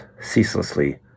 ceaselessly